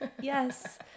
yes